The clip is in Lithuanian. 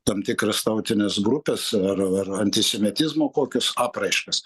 tam tikras tautines grupes ar ar antisemitizmo kokius apraiškas